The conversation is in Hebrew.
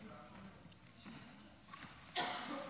אדוני